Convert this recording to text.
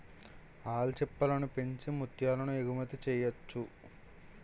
ఆల్చిప్పలను పెంచి ముత్యాలను ఎగుమతి చెయ్యొచ్చు